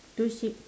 two sheep